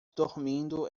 dormindo